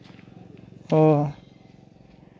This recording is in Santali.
ᱚ